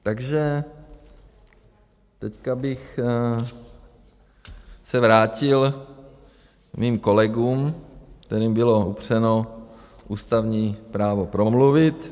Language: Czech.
Teď bych se vrátil k mým kolegům, kterým bylo upřeno ústavní právo promluvit.